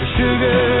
sugar